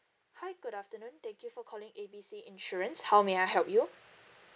hi good afternoon thank you for calling A B C insurance how may I help you